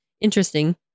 Interesting